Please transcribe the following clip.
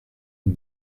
une